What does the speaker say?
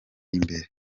imbere